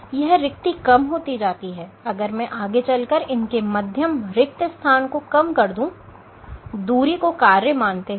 यह रिक्ति कम होती जाती है अगर मैं आगे चलकर इनके मध्यम रिक्त स्थान को कम कर दूं दूरी को कार्य मानते हुए